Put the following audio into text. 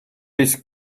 this